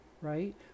Right